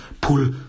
pull